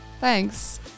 Thanks